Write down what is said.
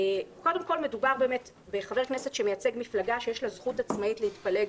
קודם כול מדובר בחבר כנסת שמייצג מפלגה שיש לה זכות עצמאית להתפלג